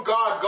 God